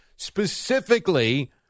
specifically